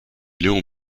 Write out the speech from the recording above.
léon